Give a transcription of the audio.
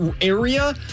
area